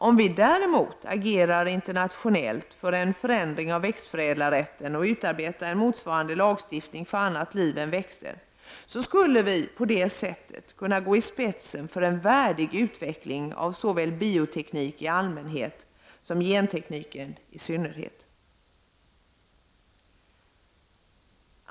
Om vi däremot agerar internationellt för en förändring av växtförädlarrätten och utarbetar en motsvarande lagstiftning för annat liv än växter, kommer vi på det sättet att gå i spetsen för en värdig utveckling av såväl bioteknik i allmänhet som genteknik i synnerhet.